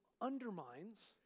undermines